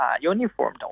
uniform